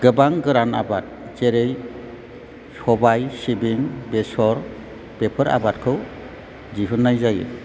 गोबां गोरान आबाद जेरै सबाय सिबिं बेसर बेफोर आबादखौ दिहुननाय जायो